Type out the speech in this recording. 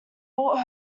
brought